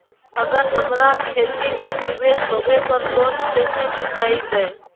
अगर हमरा खेती में निवेस होवे पर लोन कैसे चुकाइबे?